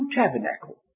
tabernacle